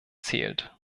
zählt